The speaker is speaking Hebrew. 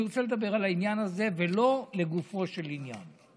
אני רוצה לדבר על העניין הזה, ולא לגופו של עניין,